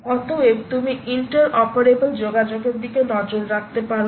অতএব তুমি interoperable যোগাযোগের দিকে নজর রাখতে পারো